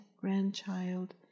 grandchild